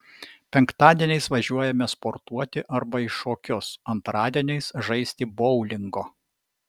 penktadieniais važiuojame sportuoti arba į šokius antradieniais žaisti boulingo